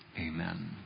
Amen